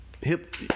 Hip